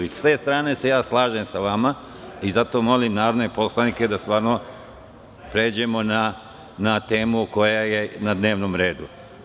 Sa te strane ja se slažem sa vama i zato molim narodne poslanike da stvarno pređemo na temu koja je na dnevnom redu.